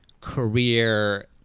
career